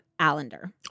Allender